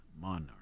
monarch